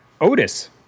Otis